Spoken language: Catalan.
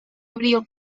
abril